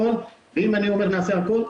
אם אני אומר נעשה הכול,